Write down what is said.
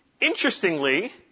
Interestingly